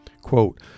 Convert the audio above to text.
Quote